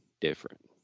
different